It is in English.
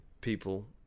people